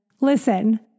Listen